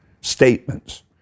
statements